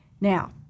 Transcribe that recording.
Now